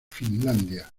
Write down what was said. finlandia